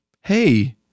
Hey